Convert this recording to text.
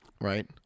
right